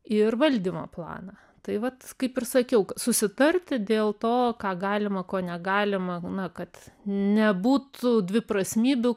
ir valdymo planą tai vat kaip ir sakiau susitarti dėl to ką galima ko negalima na kad nebūtų dviprasmybių